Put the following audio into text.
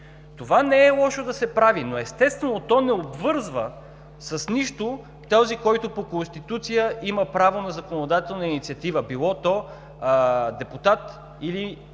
Това не е лошо да се прави, но, естествено, то не обвързва с нищо този, който по Конституция има право на законодателна инициатива, било то депутат или